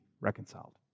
reconciled